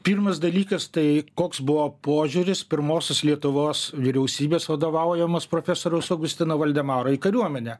pirmas dalykas tai koks buvo požiūris pirmosios lietuvos vyriausybės vadovaujamos profesoriaus augustino valdemaro į kariuomenę